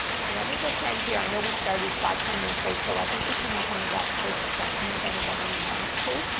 let me just end here. i know we started five, ten minutes late so i think we can open it up for discussion if anybody wants to.